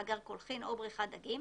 מאגר קולחין או בריכת דגים